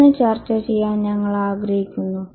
എന്ന് ചർച്ചചെയ്യാൻ ഞങ്ങൾ ആഗ്രഹിക്കുന്നു